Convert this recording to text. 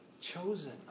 Chosen